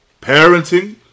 Parenting